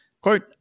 Quote